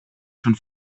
schon